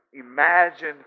Imagine